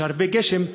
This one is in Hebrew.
יש הרבה גשם,